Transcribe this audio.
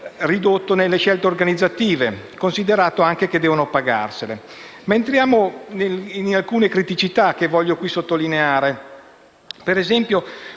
nelle scelte organizzative, considerato anche che devono pagarsele. Affrontiamo ora alcune criticità che voglio qui sottolineare. Considerare